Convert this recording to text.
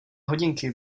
hodinky